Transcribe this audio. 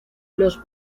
los